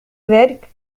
ذلك